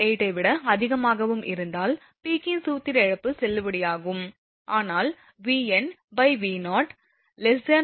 8 ஐ விட அதிகமாகவும் இருந்தால் பீக்கின் சூத்திர இழப்பு செல்லுபடியாகும் ஆனால் VnV0 1